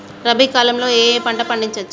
రబీ కాలంలో ఏ ఏ పంట పండించచ్చు?